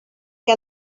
que